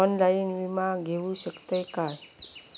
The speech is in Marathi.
ऑनलाइन विमा घेऊ शकतय का?